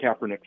Kaepernick